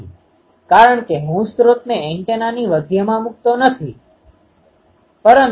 તેથી આપણે r ના સંદર્ભમાં r1 અને r2 શું છે તેનું મૂલ્યાંકન કરવું પડશે